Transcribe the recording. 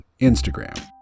Instagram